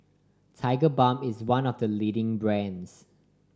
Tigerbalm is one of the leading brands